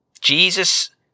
Jesus